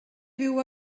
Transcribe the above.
fyw